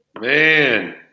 Man